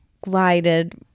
glided